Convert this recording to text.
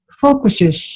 focuses